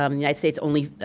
um united states only